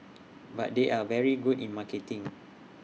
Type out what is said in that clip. but they are very good in marketing